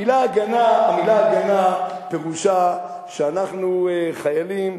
המלה "הגנה" פירושה שאנחנו חיילים,